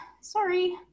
sorry